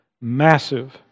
massive